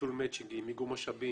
ביטול מצ'ינג, איגום משאבים,